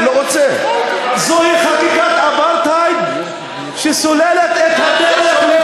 זוהי חקיקת אפרטהייד שסוללת את הדרך, של